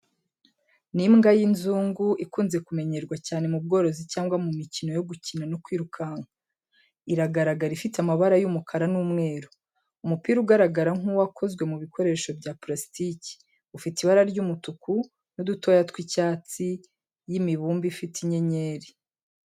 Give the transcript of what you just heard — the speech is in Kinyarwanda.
Ni imbwa y'inzungu ikunze kumenyerwa cyane mu bworozi cyangwa mu mikino yo gukina no kwirukanka. Iragaragara ifite amabara y'umukara n'umweru. Umupira ugaragara nk’uwakozwe mu bikoresho bya purasitiki, ufite ibara ry’umutuku n’udutoya tw’icyatsi y’imibumbe ifite inyenyeri.